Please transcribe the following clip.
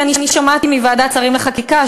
כי אני שמעתי מוועדת שרים לחקיקה,